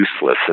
useless